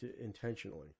Intentionally